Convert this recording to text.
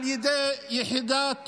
על ידי יחידת יואב,